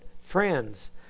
friends